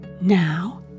Now